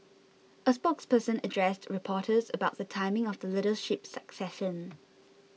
a spokesperson addressed reporters about the timing of the leadership succession